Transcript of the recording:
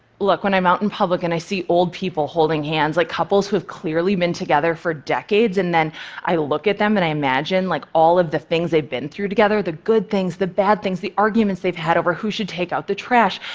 look, when i'm out in public and i see old people holding hands, like couples who have clearly been together for decades, and then i look at them and i imagine like all of the things they've been through together, the good things, the bad things, the arguments they've had over who should take out the trash.